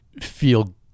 feel